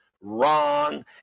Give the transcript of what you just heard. wrong